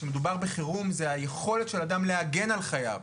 כשמדובר בחירום זו היכולת של אדם להגן על חייו,